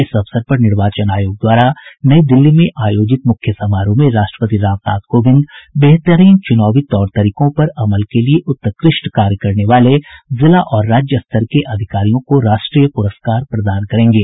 इस अवसर पर निर्वाचन आयोग द्वारा नई दिल्ली में आयोजित मुख्य समारोह में राष्ट्रपति रामनाथ कोविंद बेहतरीन चुनावी तौर तरीकों पर अमल के लिए उत्कृष्ट कार्य करने वाले जिला और राज्यस्तर के अधिकारियों को राष्ट्रीय पुरस्कार प्रदान करेंगे